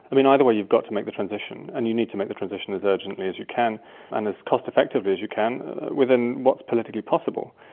i mean, either way you've got to make the transition and you need to make the transition as urgently as you can and as cost effectively as you can within what is politically possible.